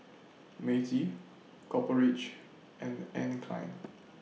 Meiji Copper Ridge and Anne Klein